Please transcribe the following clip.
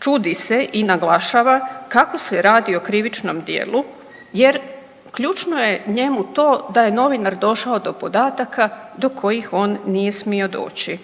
čudi se i naglašava kako se radi o krivičnom djelu jer ključno je njemu to da je novinar došao do podataka do kojih on nije smio doći.